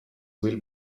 will